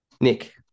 Nick